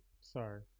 Sorry